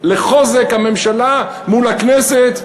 חוזק הממשלה מול הכנסת,